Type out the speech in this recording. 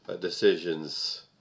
decisions